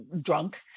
drunk